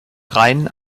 rein